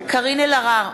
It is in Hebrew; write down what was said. קארין אלהרר,